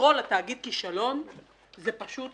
לקרוא לתאגיד כישלון זה פשוט